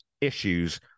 issues –